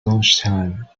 lunchtime